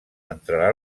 entrarà